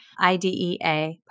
IDEA